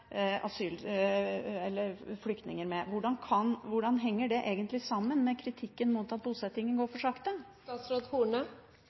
flyktninger. Hvordan henger det egentlig sammen med kritikken mot at bosettingen går